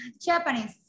japanese